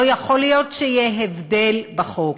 לא יכול להיות שיהיה הבדל בחוק.